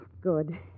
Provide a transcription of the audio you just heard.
Good